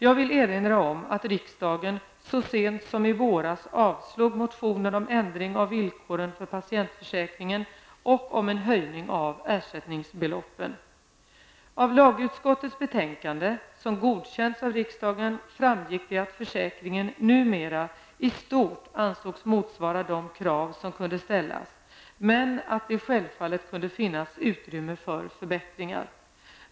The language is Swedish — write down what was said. Jag vill erinra om att riksdagen så sent som i våras avslog motioner om ändring av villkoren för patientförsäkringen och om en höjning av ersättningsbeloppen. Av lagutskottets betänkande, som godkänts av riksdagen, framgick det att försäkringen numera i stort ansågs motsvara de krav som kunde ställas men att det självfallet kunde finnas utrymme för förbättringar.